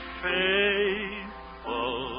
faithful